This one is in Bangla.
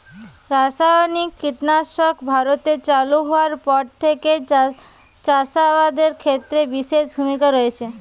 রাসায়নিক কীটনাশক ভারতে চালু হওয়ার পর থেকেই চাষ আবাদের ক্ষেত্রে বিশেষ ভূমিকা রেখেছে